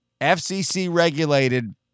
FCC-regulated